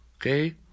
Okay